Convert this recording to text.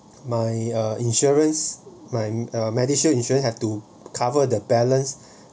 my uh insurance my uh MediShield insurers have to cover the balance